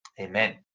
Amen